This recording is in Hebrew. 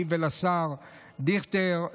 לי ולשר דיכטר,